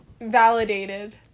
validated